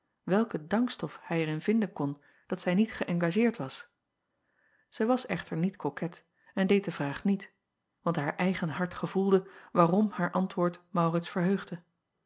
welke dankstof hij er in vinden kon dat zij niet geëngageerd was ij was echter niet koket en deed de vraag niet want haar eigen hart gevoelde waarom haar antwoord aurits verheugde